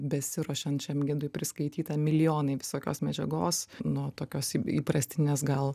besiruošiant šiam gidui priskaityta milijonai visokios medžiagos nuo tokios įprastinės gal